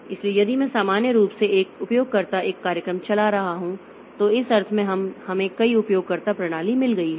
इसलिए यदि मैं सामान्य रूप से एक उपयोगकर्ता एक कार्यक्रम चला रहा हूं तो इस अर्थ में हमें कई उपयोगकर्ता प्रणाली मिल गई है